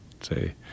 say